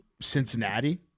Cincinnati